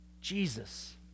Jesus